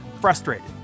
frustrated